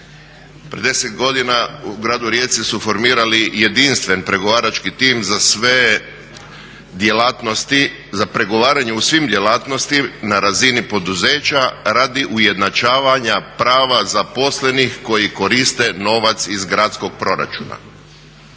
Pred 10 godina u gradu Rijeci su formirali jedinstveni pregovarački tim za sve djelatnosti za pregovaranje u svim djelatnostima na razini poduzeća radi ujednačavanja prava zaposlenih koji koriste novac iz gradskog proračuna.